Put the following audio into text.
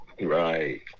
Right